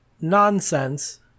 nonsense